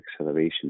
acceleration